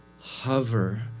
hover